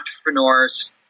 entrepreneurs